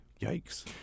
Yikes